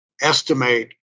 estimate